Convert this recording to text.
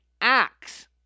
acts